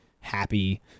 happy